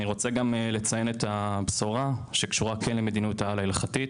אני רוצה גם לציין את הבשורה שקשורה כן למדיניות העל ההלכתית.